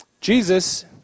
Jesus